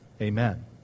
Amen